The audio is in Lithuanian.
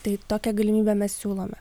tai tokią galimybę mes siūlome